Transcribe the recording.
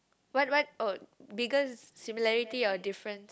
what what oh biggest similarity or difference